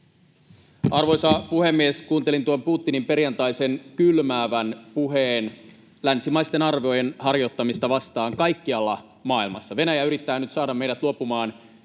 Arvoisa puhemies! Kuuntelin tuon Putinin perjantaisen kylmäävän puheen länsimaisten arvojen harjoittamista vastaan kaikkialla maailmassa. Venäjä yrittää nyt saada meidät luopumaan